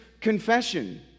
confession